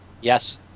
Yes